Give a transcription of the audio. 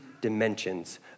dimensions